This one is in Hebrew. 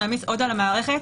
נעמיס עוד על המערכת?